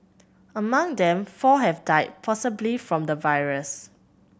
among them four have died possibly from the virus